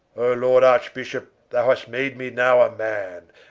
o lord archbishop thou hast made me now a man,